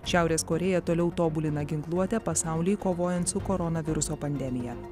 šiaurės korėja toliau tobulina ginkluotę pasauliui kovojant su koronaviruso pandemija